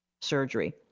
surgery